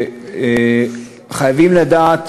חייבים לדעת